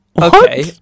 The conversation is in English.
Okay